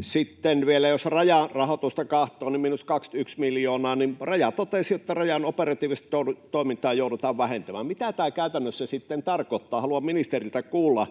sitten vielä jos Rajan rahoitusta katsoo, niin se on miinus 21 miljoonaa. Raja totesi, että Rajan operatiivista toimintaa joudutaan vähentämään. Mitä tämä käytännössä sitten tarkoittaa? Haluan ministeriltä kuulla.